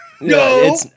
no